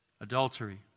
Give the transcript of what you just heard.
adultery